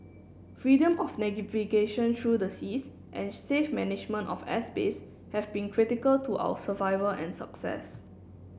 freedom of through the seas and safe management of airspace have been critical to our survival and success